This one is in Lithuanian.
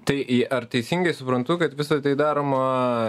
tai ar teisingai suprantu kad visa tai daroma